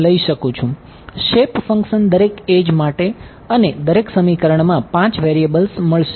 અને હું દરેક એડ્જ માટે અને દરેક સમીકરણમાં 5 વેરિયેબલ્સ મળશે